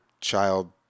Child